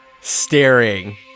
staring